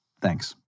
Thanks